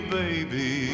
baby